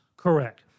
Correct